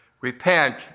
Repent